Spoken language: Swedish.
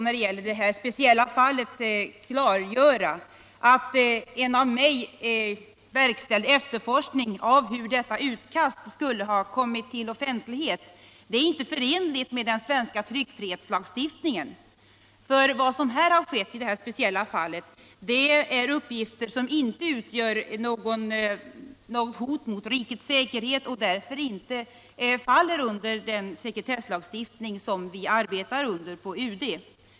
När det gäller det här speciella fallet vill jag klargöra, att en av mig verkställd efterforskning av hur detta utkast skulle ha kommit till offentligheten inte är förenlig med den svenska tryckfrihetslagstiftningen. Vad som här har skett rör uppgifter vilkas offentliggörande inte utgör något hot mot rikets säkerhet, och därför faller inte heller frågan under den sekretesslagstiftning som vi arbetar under på UD.